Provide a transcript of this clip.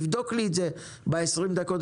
תבדוק לי את זה ב-20 דקות הקרובות.